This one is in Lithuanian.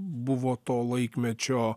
buvo to laikmečio